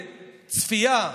בצפייה.